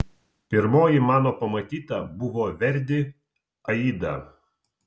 pirmoji mano pamatyta buvo verdi aida